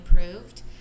improved